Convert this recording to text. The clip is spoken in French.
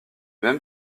même